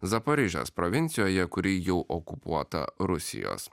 zaporižės provincijoje kuri jau okupuota rusijos